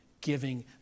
giving